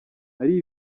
ari